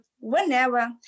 whenever